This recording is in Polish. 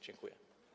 Dziękuję.